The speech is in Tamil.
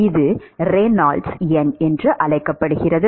இது ரெனால்ட்ஸ் எண் என்று அழைக்கப்படுகிறது